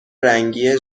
رنگی